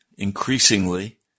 Increasingly